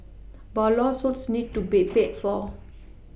but lawsuits need to be paid for